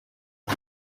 aho